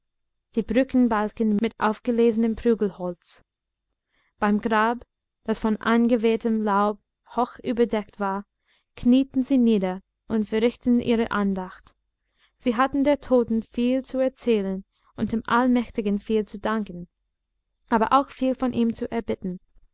die brückenbalken mit aufgelesenem prügelholz beim grab das von angewehtem laub hoch überdeckt war knieten sie nieder und verrichteten ihre andacht sie hatten der toten viel zu erzählen und dem allmächtigen viel zu danken aber auch viel von ihm zu erbitten